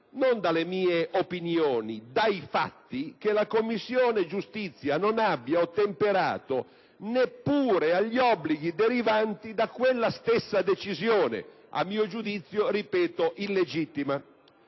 non dalle mie opinioni che la Commissione giustizia non ha ottemperato neppure agli obblighi derivanti da quella stessa decisione, a mio giudizio - ripeto - illegittima.